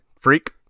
Freak